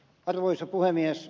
arvoisa puhemies